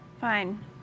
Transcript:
Fine